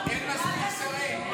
אין מספיק שרים.